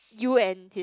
you and his